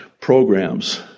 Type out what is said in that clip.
programs